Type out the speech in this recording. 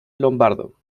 lombardo